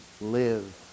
live